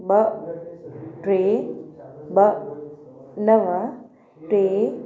ॿ ट्रे ॿ नव ट्रे